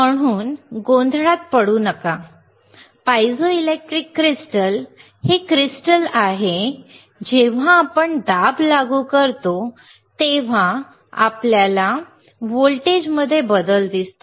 म्हणून गोंधळात पडू नका पायझोइलेक्ट्रिक क्रिस्टल्स हे क्रिस्टल आहे की जेव्हा आपण दाब लागू करतो तेव्हा आपल्याला व्होल्टेजमध्ये बदल दिसतो